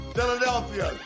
Philadelphia